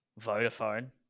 Vodafone